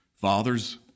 Fathers